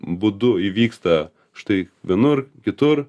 būdu įvyksta štai vienur kitur